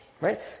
Right